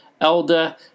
Elda